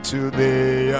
Today